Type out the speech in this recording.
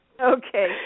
Okay